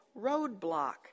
roadblock